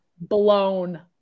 blown